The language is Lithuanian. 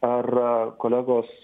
ar kolegos